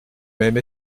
même